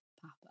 Papa